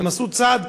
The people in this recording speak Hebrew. הם עשו צעד,